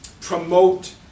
promote